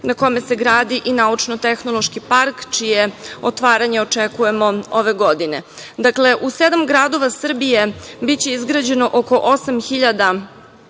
na kome se gradi i Naučno-tehnološki park, čije je otvaranje ove godine. Dakle, u sedam gradova Srbije biće izgrađeno oko 8.000